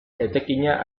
etekina